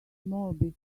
small